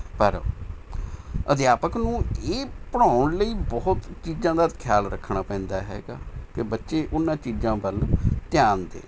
ਪਰ ਅਧਿਆਪਕ ਨੂੰ ਇਹ ਪੜ੍ਹਾਉਣ ਲਈ ਬਹੁਤ ਚੀਜ਼ਾਂ ਦਾ ਖਿਆਲ ਰੱਖਣਾ ਪੈਂਦਾ ਹੈਗਾ ਕਿ ਬੱਚੇ ਉਹਨਾਂ ਚੀਜ਼ਾਂ ਵੱਲ ਧਿਆਨ ਦੇਣ